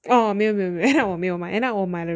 oh 没有没有 end up 我没有买 end up 我买了 radio